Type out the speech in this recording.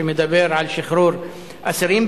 שמדבר על שחרור אסירים,